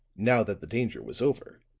now that the danger was over,